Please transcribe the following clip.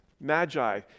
magi